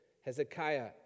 Hezekiah